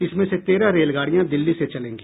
इसमें से तेरह रेल गाड़ियां दिल्ली से चलेंगी